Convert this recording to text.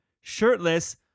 shirtless